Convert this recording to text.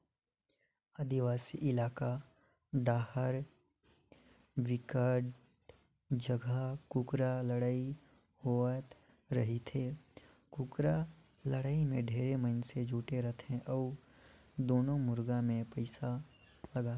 आदिवासी इलाका डाहर बिकट जघा कुकरा लड़ई होवत रहिथे, कुकरा लड़ाई में ढेरे मइनसे जुटे रथे अउ दूनों मुरगा मे पइसा लगाथे